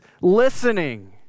listening